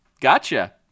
Gotcha